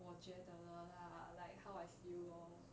我觉得了 lah like how I feel lor